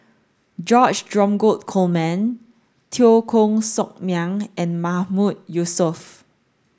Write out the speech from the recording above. George Dromgold Coleman Teo Koh Sock Miang and Mahmood Yusof